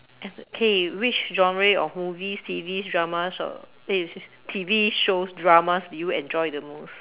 as K which genre of movies T_V dramas or eh T_V shows dramas do you enjoy the most